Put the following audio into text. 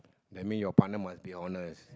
that mean your partner must be honest